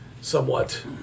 somewhat